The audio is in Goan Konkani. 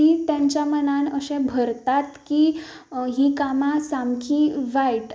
ती तांच्या मनान अशें भरतात की ही कामां सामकी वायट